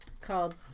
called